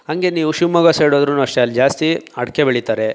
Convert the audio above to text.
ಹಾಗೆ ನೀವು ಶಿವಮೊಗ್ಗ ಸೈಡ್ ಹೋದ್ರೂನು ಅಷ್ಟೇ ಅಲ್ಲಿ ಜಾಸ್ತಿ ಅಡಿಕೆ ಬೆಳೀತಾರೆ